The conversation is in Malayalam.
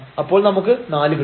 അപ്പോൾ നമുക്ക് 4 കിട്ടും